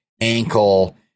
ankle